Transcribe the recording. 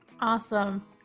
Awesome